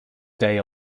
day